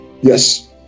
Yes